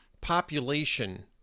population